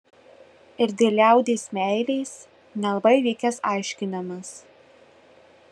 ir dėl liaudies meilės nelabai vykęs aiškinimas